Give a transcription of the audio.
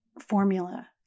formula